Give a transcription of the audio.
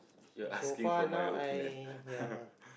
so far now I ya